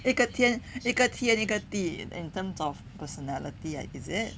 一个天一个天一个地 in terms of personality ah is it